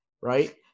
right